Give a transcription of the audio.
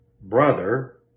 brother